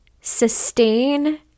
sustain